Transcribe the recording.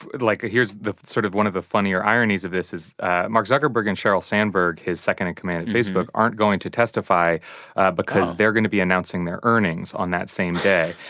like, ah here's the sort of one of the funnier ironies of this is mark zuckerberg and sheryl sandberg, his second in command of facebook, aren't going to testify because they're going to be announcing their earnings on that same day.